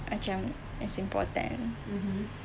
macam that's important